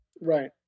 right